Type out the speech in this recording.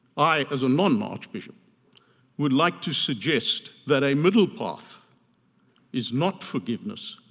i as a non-arch bishop would like to suggest that a middle path is not forgiveness,